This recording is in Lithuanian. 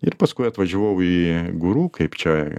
ir paskui atvažiavau į guru kaip čia